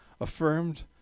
affirmed